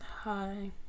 hi